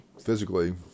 physically